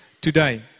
today